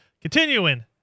Continuing